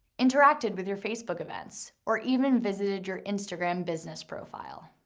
interacted with your facebook events, or even visited your instagram business profile.